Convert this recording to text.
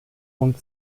und